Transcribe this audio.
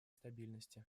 стабильности